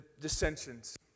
dissensions